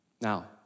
Now